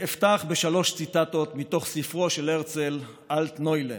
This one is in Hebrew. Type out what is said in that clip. אפתח בשלוש ציטטות מתוך ספרו של הרצל אלטנוילנד.